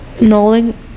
Nolan